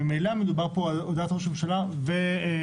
ממילא מדובר פה על הודעת ראש הממשלה ואי-אמון,